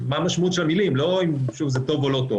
משמעות המילים ולא אם זה טוב או לא טוב